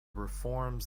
reforms